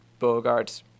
Bogarts